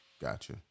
Gotcha